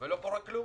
ולא קורה כלום.